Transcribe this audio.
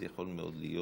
יכול מאוד להיות